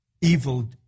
evil